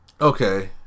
Okay